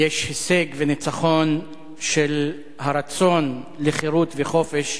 יש הישג וניצחון של הרצון לחירות וחופש